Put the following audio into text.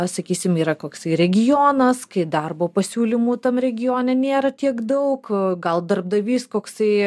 sakysim yra koksai regionas kai darbo pasiūlymų tam regione nėra tiek daug gal darbdavys koksai